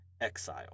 exile